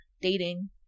dating